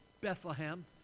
Bethlehem